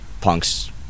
punks